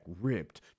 ripped